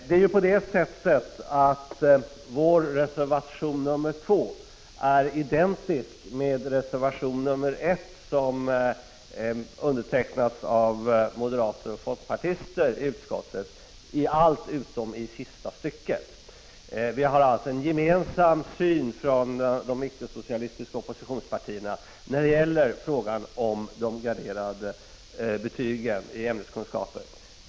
Vår reservation 2 är i allt utom i det sista stycket identisk med reservation 1, som har avgivits av moderater och folkpartister i utskottet. De ickesocialistiska oppositionspartierna har alltså en gemensam syn på frågan om de graderade betygen i ämneskunskaper.